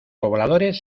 pobladores